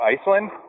Iceland